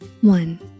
One